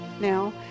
now